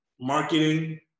marketing